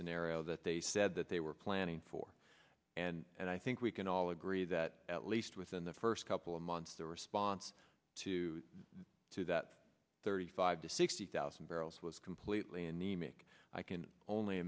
scenario that they said that they were planning for and i think we can all agree that at least within the first couple of months their response to to that thirty five to sixty thousand barrels was completely anemic i can only